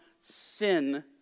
sin